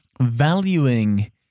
valuing